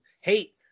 hate